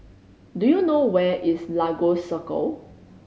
do you know where is Lagos Circle